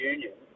Union